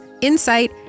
insight